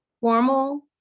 formal